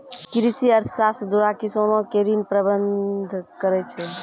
कृषि अर्थशास्त्र द्वारा किसानो के ऋण प्रबंध करै छै